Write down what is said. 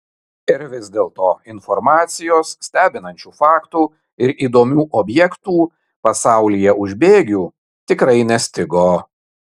ir vis dėlto informacijos stebinančių faktų ir įdomių objektų pasaulyje už bėgių tikrai nestigo